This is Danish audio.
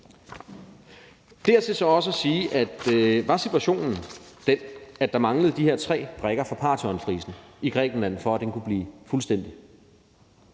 Dertil er så også at sige, at var situationen den, at der manglede de her tre brikker fra Parthenonfrisen i Grækenland, for at den kunne blive fuldstændig,